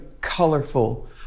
colorful